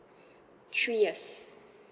three years